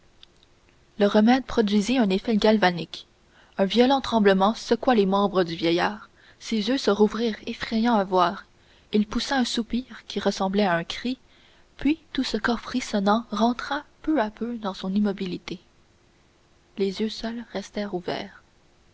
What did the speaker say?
le remède produisit un effet galvanique un violent tremblement secoua les membres du vieillard ses yeux se rouvrirent effrayants à voir il poussa un soupir qui ressemblait à un cri puis tout ce corps frissonnant rentra peu à peu dans son immobilité les yeux seuls restèrent ouverts